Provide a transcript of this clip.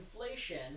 inflation